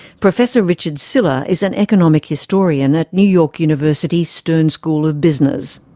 professor richard sylla is an economic historian at new york university stern school of business.